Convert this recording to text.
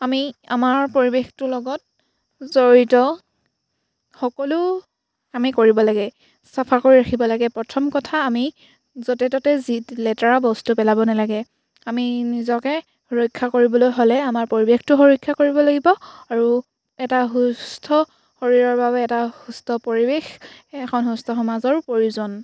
আমি আমাৰ পৰিৱেশটোৰ লগত জড়িত সকলো আমি কৰিব লাগে চাফা কৰি ৰাখিব লাগে প্ৰথম কথা আমি য'তে ত'তে যিতি লেতেৰা বস্তু পেলাব নালাগে আমি নিজকে ৰক্ষা কৰিবলৈ হ'লে আমাৰ পৰিৱেশটো সুৰক্ষা কৰিব লাগিব আৰু এটা সুস্থ শৰীৰৰ বাবে এটা সুস্থ পৰিৱেশ এখন সুস্থ সমাজৰো প্ৰয়োজন